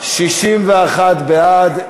61 בעד,